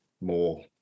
more